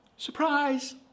Surprise